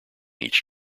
each